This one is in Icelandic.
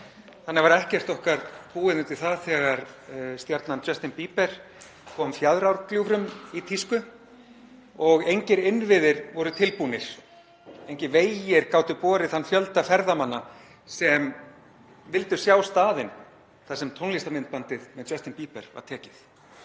Þannig var ekkert okkar búið undir það þegar stjarnan Justin Bieber kom Fjaðrárgljúfrum í tísku og engir innviðir voru tilbúnir, engir vegir gátu borið þann fjölda ferðamanna sem vildu sjá staðinn þar sem tónlistarmyndbandið með Justin Bieber var tekið.